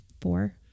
Four